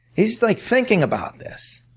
he's like thinking about this.